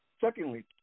Secondly